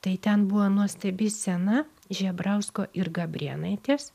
tai ten buvo nuostabi scena žebrausko ir gabrėnaitės